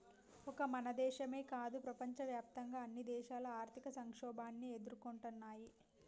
ఒక మన దేశమో కాదు ప్రపంచవ్యాప్తంగా అన్ని దేశాలు ఆర్థిక సంక్షోభాన్ని ఎదుర్కొంటున్నయ్యి